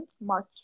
March